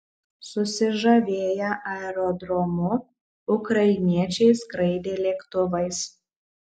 susižavėję aerodromu ukrainiečiai skraidė lėktuvais